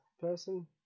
Person